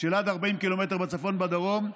של עד 40 ק"מ בצפון ובדרום,